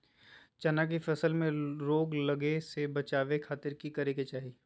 चना की फसल में रोग लगे से बचावे खातिर की करे के चाही?